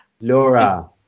Laura